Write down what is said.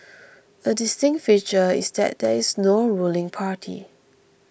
a distinct feature is that there is no ruling party